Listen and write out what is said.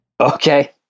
Okay